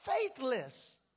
faithless